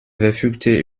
verfügte